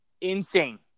insane